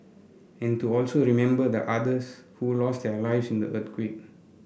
and to also remember the others who lost their lives in the earthquake